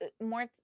more